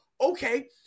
okay